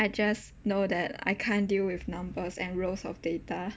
I just know that I can't deal with numbers and rows of data